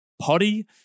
potty